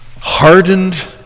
hardened